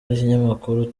n’ikinyamakuru